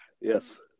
Yes